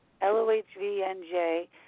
l-o-h-v-n-j